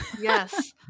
Yes